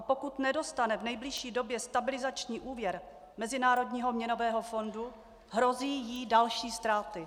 Pokud nedostane v nejbližší době stabilizační úvěr Mezinárodního měnového fondu, hrozí jí další ztráty.